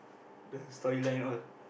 the storyline all